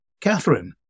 Catherine